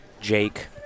Jake